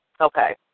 okay